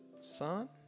son